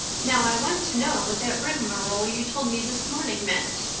now i want to know what that rigmarole you told me this morning meant.